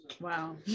Wow